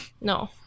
no